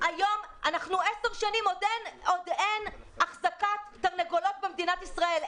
כבר עשר שנים שאין תקנות להחזקת תרנגולות במדינת ישראל.